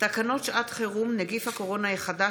תקנות שעות חירום (נגיף הקורונה החדש)